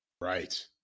Right